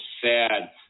sad